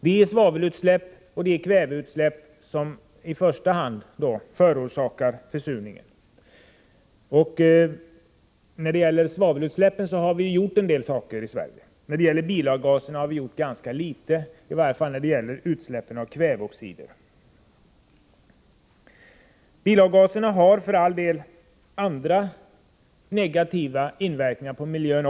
I första hand är det emellertid svavelutsläpp och kväveutsläpp som orsakar försurningen. När det gäller svavelutsläppen har vi gjort en del saker i Sverige. Beträffande bilavgaserna har vi gjort ganska litet, i varje fall när det gäller utsläpp av kväveoxider. Bilavgaserna har för all del även andra negativa verkningar på miljön.